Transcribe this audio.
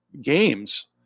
games